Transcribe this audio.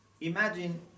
Imagine